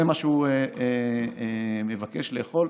זה מה שהוא מבקש לאכול,